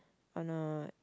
on a